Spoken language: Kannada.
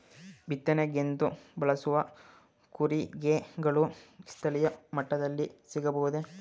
ಬಿತ್ತನೆಗೆಂದು ಬಳಸುವ ಕೂರಿಗೆಗಳು ಸ್ಥಳೀಯ ಮಟ್ಟದಲ್ಲಿ ಸಿಗಬಹುದೇ?